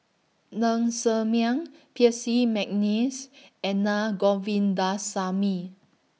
Ng Ser Miang Percy Mcneice and Naa Govindasamy